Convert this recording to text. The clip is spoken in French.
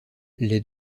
les